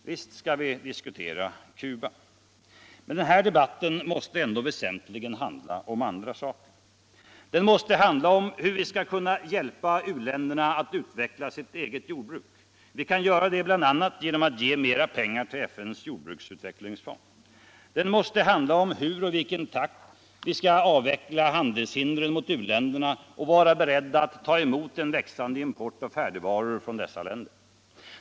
Visst skall vi diskutera Cuba. Men den här debatten måste ändå väsentligen handla om andra saker. Den måste handla om hur vi skall kunna hjälpa u-länderna att utveckla Internationellt utvecklingssamar bo 'n sitt eget jordbruk. Vi kan göra det bl.a. genom att ge mer pengar till FN:s jordbruksutvecklingsfond. Den mäste handla om hur och i vilken takt vi skall avveckla handelshindren mot u-länderna och vara beredda att ta emot en växande import av färdigvaror från dessa länder.